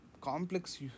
complex